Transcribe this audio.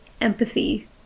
empathy